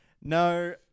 No